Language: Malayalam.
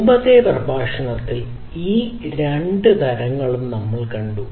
മുമ്പത്തെ പ്രഭാഷണങ്ങളിൽ ഈ രണ്ട് തരങ്ങളും കണ്ടു